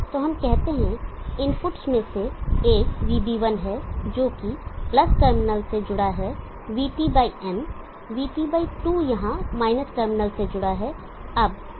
तो हम कहते हैं इनपुट्स में से एक VB1 है जोकि टर्मिनल से जुड़ा है VT n VT 2 यहां टर्मिनल से जुड़ा है